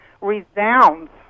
resounds